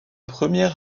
première